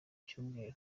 cyumweru